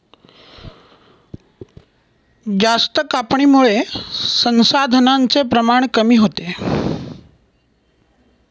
जास्त कापणीमुळे संसाधनांचे प्रमाण कमी होते